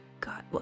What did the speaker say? God